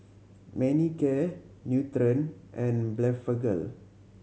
Manicare Nutren and Blephagel